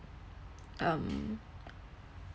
um